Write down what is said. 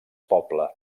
pobla